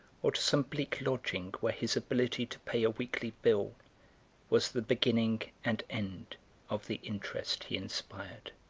or to some bleak lodging where his ability to pay a weekly bill was the beginning and end of the interest he inspired.